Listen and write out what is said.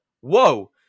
Whoa